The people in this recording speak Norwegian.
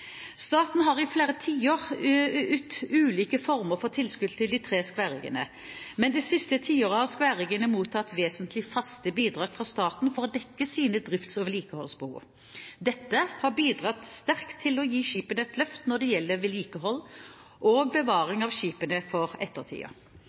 Staten har i flere tiår ytt ulike former for tilskudd til de tre skværriggerne. Men det siste tiåret har skværriggerne mottatt vesentlig faste bidrag fra staten for å dekke sine drifts- og vedlikeholdsbehov. Dette har bidratt sterkt til å gi skipene et løft når det gjelder vedlikehold og bevaring av skipene for